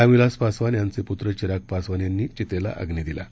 रामविलास पावसान यांचे पुत्र चिराग पासवान यांनी चितेला अग्नी दिला